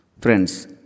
Friends